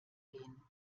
gehen